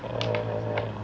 orh